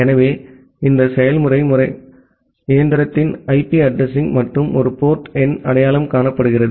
எனவே இந்த செயல்முறை முறை இயந்திரத்தின் ஐபி அட்ரஸிங் மற்றும் ஒரு போர்ட் எண் அடையாளம் காணப்படுகிறது